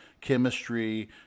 chemistry